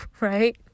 right